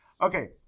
Okay